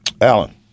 Alan